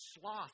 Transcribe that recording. sloth